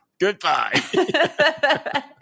Goodbye